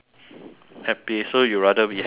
happy so you rather be happy than